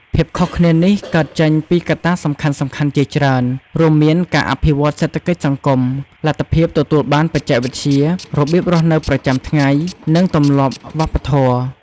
ភាពខុសគ្នានេះកើតចេញពីកត្តាសំខាន់ៗជាច្រើន រួមមានការអភិវឌ្ឍន៍សេដ្ឋកិច្ចសង្គម លទ្ធភាពទទួលបានបច្ចេកវិទ្យា របៀបរស់នៅប្រចាំថ្ងៃ និងទម្លាប់វប្បធម៌។